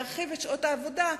להרחיב את שעות העבודה,